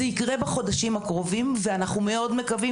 זה יקרה בחודשים הקרובים ואנחנו מאוד מקווים